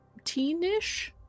teenish